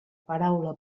paraula